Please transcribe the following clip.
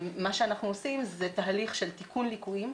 מה שאנחנו עושים זה תהליך של תיקון ליקויים,